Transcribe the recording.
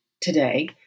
today